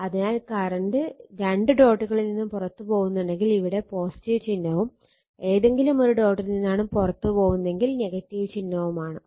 അതിനാൽ കറണ്ട് രണ്ട് ഡോട്ടുകളിൽ നിന്നും പുറത്ത് പോവുന്നുണ്ടെങ്കിൽ ഇവിടെ ചിഹ്നവും ഏതെങ്കിലും ഒരു ഡോട്ടിൽ നിന്നാണ് പുറത്തേക്ക് പോവുന്നതെങ്കിൽ ചിഹ്നവും ആണ്